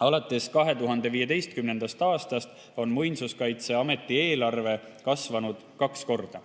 alates 2015. aastast Muinsuskaitseameti eelarve kasvanud kaks korda.